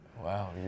Wow